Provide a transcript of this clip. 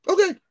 Okay